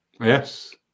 Yes